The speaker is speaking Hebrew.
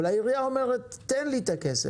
אבל העירייה אומרת: תן לי את הכסף,